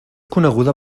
coneguda